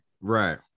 Right